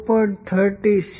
36 છે તેથી અવગણો